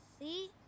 See